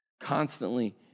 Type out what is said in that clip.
Constantly